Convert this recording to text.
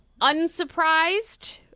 unsurprised